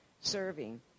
serving